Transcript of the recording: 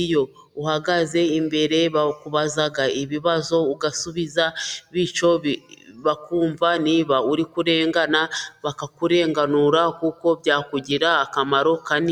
iyo uhagaze imbere bakubaza ibibazo, ugasubiza bityo bakumva niba uri kurengana, bakakurenganura kuko byakugirira akamaro kanini.